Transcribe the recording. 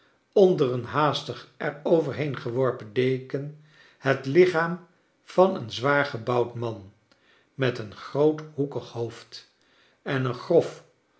onder een haastig er overheen geworpen deken het lichaam van een zwaargebouwd man met een groot hoekig hoofd en een grof